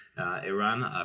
Iran